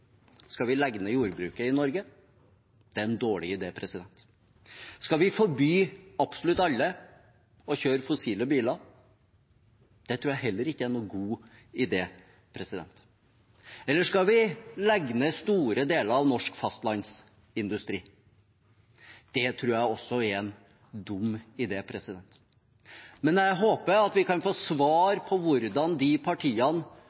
Skal vi legge ned jordbruket i Norge? Det er en dårlig idé. Skal vi forby absolutt alle å kjøre fossile biler? Det tror jeg heller ikke er noen god idé. Eller skal vi legge ned store deler av norsk fastlandsindustri? Det tror jeg også er en dum idé. Men jeg håper vi kan få svar på hvordan de partiene